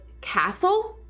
castle